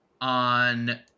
on